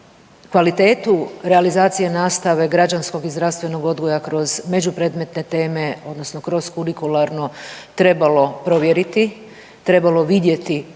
kvalitetu realizacije nastave građanskog i zdravstvenog odgoja kroz međupredmetne teme odnosno kroz kurikuralno trebalo provjeriti, trebalo vidjeti